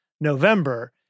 November